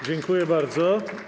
Dziękuję bardzo.